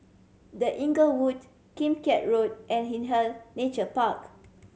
The Inglewood Kim Keat Road and Hindhede Nature Park